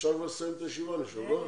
אפשר כבר לסיים את הישיבה, לא?